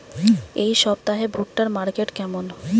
এই সপ্তাহে ভুট্টার মার্কেট কেমন?